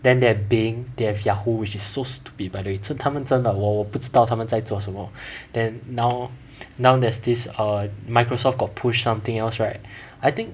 then they have Bing they have Yahoo which is so stupid by the way 真他们真的我我不知道他们在做什么 then now now there's this err Microsoft got push something else right I think